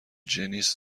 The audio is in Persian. جنیس